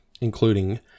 including